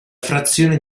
frazione